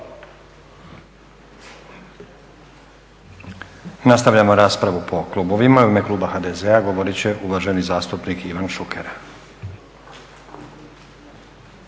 Nastavljamo raspravu po klubovima. U ime kluba HDZ-a govorit će uvaženi zastupnik Ivan Šuker.